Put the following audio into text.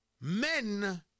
Men